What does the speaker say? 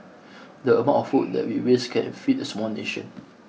the amount of food that we waste can feed a small nation